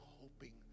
hoping